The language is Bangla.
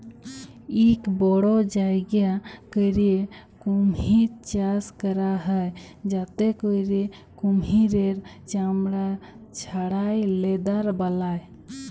ইক বড় জায়গা ক্যইরে কুমহির চাষ ক্যরা হ্যয় যাতে ক্যইরে কুমহিরের চামড়া ছাড়াঁয় লেদার বালায়